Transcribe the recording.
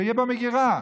שיהיה במגירה.